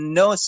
no